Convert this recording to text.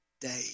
day